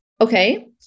Okay